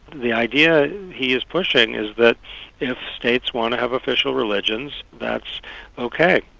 the idea he is pushing is that if states want to have official religions, that's okay.